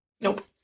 Nope